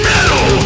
Metal